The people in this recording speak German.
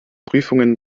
prüfungen